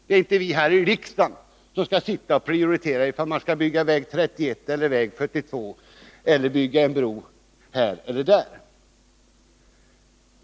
Det är inte vi här i riksdagen som skall prioritera och avgöra om man skall bygga väg 31 eller väg 42 eller bygga en väg här eller där.